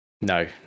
no